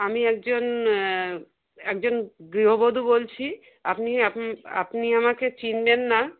আমি একজন একজন গৃহবধূ বলছি আপনি আপ আপনি আমাকে চিনবেন না